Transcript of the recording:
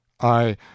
I